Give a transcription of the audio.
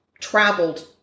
traveled